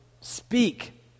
speak